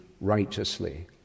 righteously